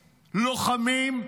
לוחמים,